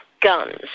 guns